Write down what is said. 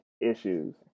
issues